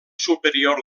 superior